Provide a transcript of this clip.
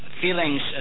feelings